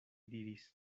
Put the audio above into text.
diris